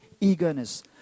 eagerness